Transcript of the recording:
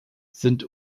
sind